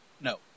No